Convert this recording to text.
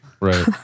Right